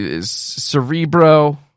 Cerebro